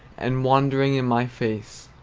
and wandered in my face.